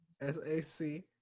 S-A-C